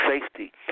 safety